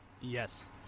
Yes